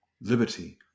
liberty